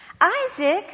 Isaac